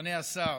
אדוני השר,